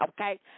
okay